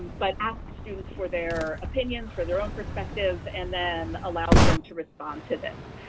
but ask students for their opinions, for their own perspective and then allows them to respond to this.